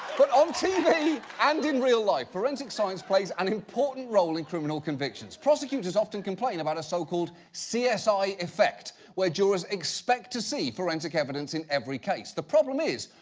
but on tv and in real life forensic science plays an important role in criminal convictions. prosecutors often complain about a so called c s i. effect, where jurors expect to see forensic evidence in every case. the problem is,